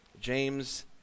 James